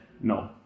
no